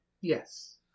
Yes